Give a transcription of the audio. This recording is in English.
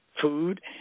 food